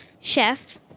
Chef